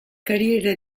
carriera